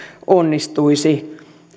onnistuisi